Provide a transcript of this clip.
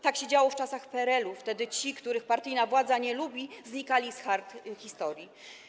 Tak się działo w czasach PRL-u - wtedy ci, których partyjna władza nie lubiła, znikali z kart historii.